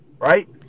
Right